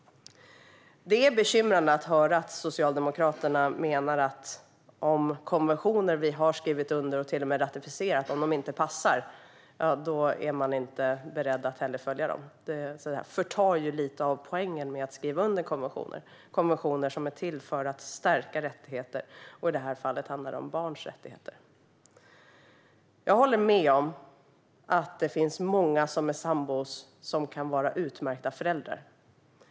Det är bekymrande att höra att Socialdemokraterna menar att om konventioner som vi har skrivit under och till och med ratificerat inte passar är man inte heller beredd att följa dem. Det förtar lite av poängen med att skriva under konventioner som är till för att stärka rättigheter, och i det här fallet handlar det om barns rättigheter. Jag håller med om att det finns många som är sambor som kan vara utmärkta föräldrar.